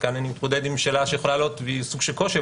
וכאן אני מתמודד עם שאלה שיכולה להעלות סוג של קושי,